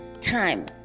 time